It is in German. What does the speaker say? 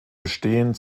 bestehen